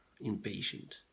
impatient